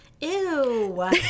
Ew